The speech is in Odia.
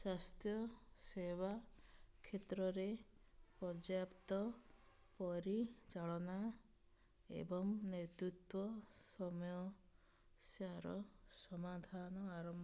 ସ୍ୱାସ୍ଥ୍ୟ ସେବା କ୍ଷେତ୍ରରେ ପର୍ଯ୍ୟାପ୍ତ ପରିଚାଳନା ଏବଂ ନେତୃତ୍ୱ ସମୟ ସାର ସମାଧାନ ଆରମ୍ଭ